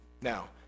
Now